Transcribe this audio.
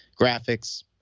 graphics